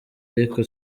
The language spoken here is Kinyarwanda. ariko